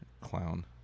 Clown